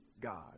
God